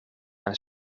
aan